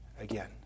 again